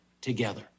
together